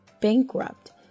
bankrupt